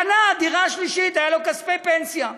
קנה דירה שלישית, היו לו כספי פנסיה,